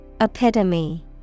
Epitome